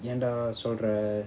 என்னடாசொல்லற:ennada sollara